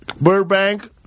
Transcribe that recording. Burbank